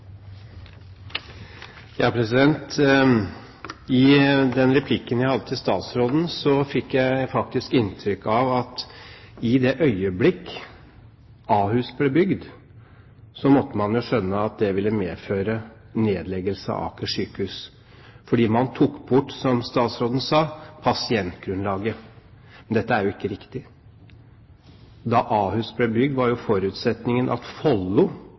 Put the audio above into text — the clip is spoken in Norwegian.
den replikken jeg hadde til statsråden, fikk jeg inntrykk av at i det øyeblikk Ahus ble bygd, måtte man jo skjønne at det ville medføre nedleggelse av Aker sykehus, fordi man tok bort, som statsråden sa, pasientgrunnlaget. Men dette er jo ikke riktig. Da Ahus ble bygd, var forutsetningen at Follo